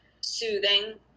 soothing